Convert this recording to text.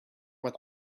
with